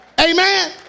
Amen